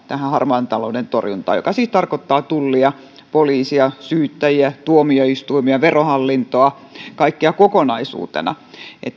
tähän harmaan talouden torjuntaan joka siis tarkoittaa tullia poliisia syyttäjiä tuomioistuimia verohallintoa kaikkia kokonaisuutena